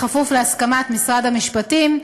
בכפוף להסכמת משרד המשפטים,